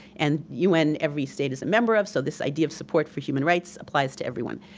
and un every state is a member of, so this idea of support for human rights applies to everyone.